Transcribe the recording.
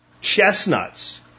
chestnuts